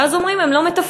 ואז אומרים: הם לא מתפקדים,